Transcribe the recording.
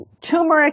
Turmeric